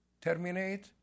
terminate